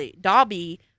Dobby